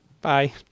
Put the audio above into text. Bye